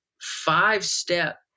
five-step